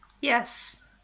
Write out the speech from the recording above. Yes